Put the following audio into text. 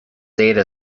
data